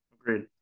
Agreed